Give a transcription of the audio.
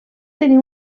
tenir